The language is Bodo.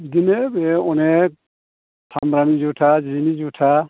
बिदिनो बियो अनेख सामब्रानि जुथा जिनि जुथा